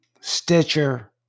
Stitcher